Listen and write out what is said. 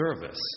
service